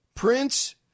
Prince